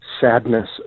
sadness